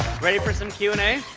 ready for some q and a?